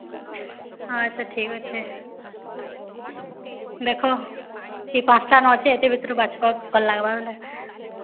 ହଁ ଆଚ୍ଛା ଠିକ୍ ଅଛେ ଦେଖ ଇ ପାଞ୍ଚ୍ଟା ଅଛେ ଏତ୍କି ଭିତ୍ରୁ ବାଛ ଭଲ୍ ଲାଗ୍ବା ବେଲେ